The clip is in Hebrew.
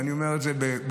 ואני אומר את זה בגלוי,